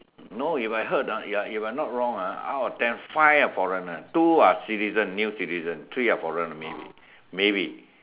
no if I heard ah ya if I not wrong ah out of ten five are foreigners two are citizen new citizen three are foreigners maybe maybe